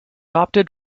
opted